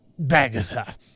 Bagatha